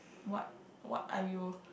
what what are you